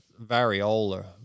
variola